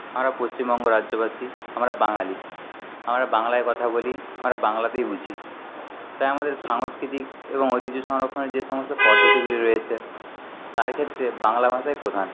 আমরা পশ্চিমবঙ্গ রাজ্যবাসী আমরা বাঙালি আমরা বাংলায় কথা বলি আমরা বাংলাতেই বুঝি তাই আমাদের সাংস্কৃতিক এবং ঐতিহ্য সংরক্ষণের যে সমস্ত পদ্ধতিগুলি রয়েছে তার ক্ষেত্রে বাংলা ভাষাই প্রধান